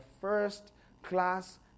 first-class